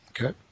Okay